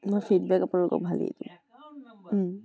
মই ফিডবেক আপোনালোকক ভালেই দিম